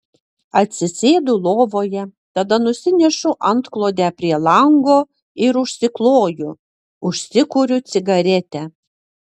atsisėdu lovoje tada nusinešu antklodę prie lango ir užsikloju užsikuriu cigaretę